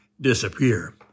disappear